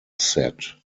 set